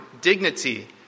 dignity